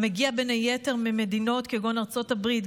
המגיע בין היתר ממדינות כגון ארצות הברית,